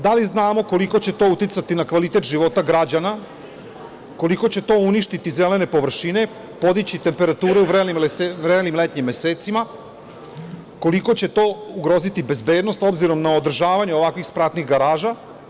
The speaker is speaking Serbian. Da li znamo koliko će to uticati na kvalitet života građana, koliko će to uništiti zelene površine, podići temperaturu u vrelim letnjim mesecima i koliko će to ugroziti bezbednost obzirom na održavanje ovakvih spratnih garaža?